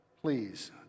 Please